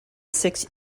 six